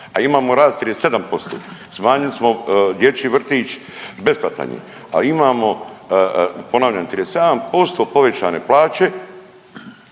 a imamo rast 37%. Smanjili smo dječji vrtić besplatan je, a imamo ponavljam 37% povećane plaće,